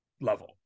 level